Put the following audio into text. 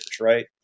Right